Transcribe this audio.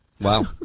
Wow